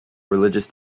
religious